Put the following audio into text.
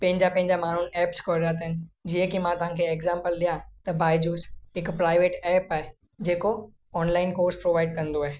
पंहिंजा पंहिंजा माण्हू ऐप्स खोलिया अथनि जीअं की मां तव्हांखे एग्जांपल ॾियां त बायजूस हिकु प्राइवेट ऐप आहे जेको ऑनलाइन कोर्स प्रोवाइड कंदो आहे